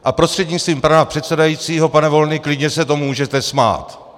A prostřednictvím pana předsedajícího pane Volný, klidně se tomu můžete smát.